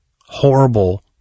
horrible